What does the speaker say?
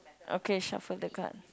okay shuffle the card